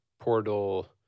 portal